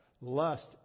Lust